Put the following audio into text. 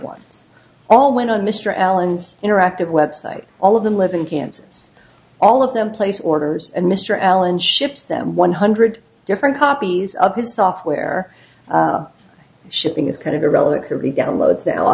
ones all went on mr allen's interactive web site all of them live in kansas all of them placed orders and mr allen ships them one hundred different copies of his software shipping is kind of a relatively downloads